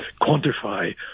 quantify